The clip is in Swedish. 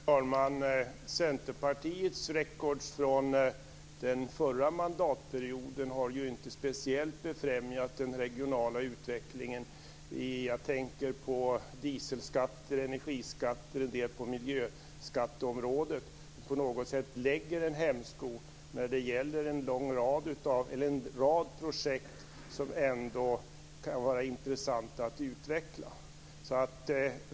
Herr talman! Centerpartiets records från den förra mandatperioden har inte speciellt befrämjat den regionala utvecklingen. Jag tänker på dieselskatter, energiskatter och en del skatter på miljöområdet. De lägger en hämsko på en rad projekt som ändå kan vara intressanta att utveckla.